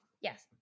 yes